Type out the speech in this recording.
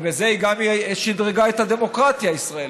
ובזה היא גם שדרגה את הדמוקרטיה הישראלית,